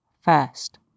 first